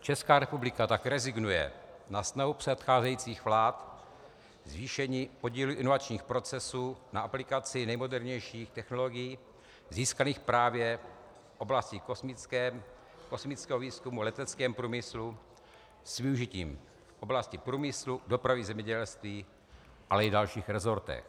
Česká republika tak rezignuje na snahu předcházejících vlád o zvýšení podílu inovačních procesů na aplikaci nejmodernějších technologií získaných právě v oblasti kosmického výzkumu a v leteckém průmyslu s využitím v oblasti průmyslu, dopravy, zemědělství, ale i dalších resortech.